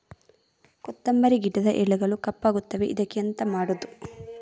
ಕೊತ್ತಂಬರಿ ಗಿಡದ ಎಲೆಗಳು ಕಪ್ಪಗುತ್ತದೆ, ಇದಕ್ಕೆ ಎಂತ ಮಾಡೋದು?